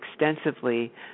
extensively